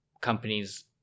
companies